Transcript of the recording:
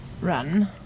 run